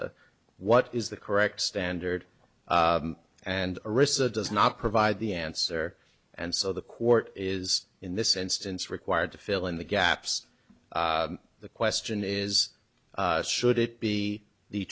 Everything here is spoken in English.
risk what is the correct standard and arisa does not provide the answer and so the court is in this instance required to fill in the gaps the question is should it be the